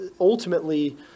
ultimately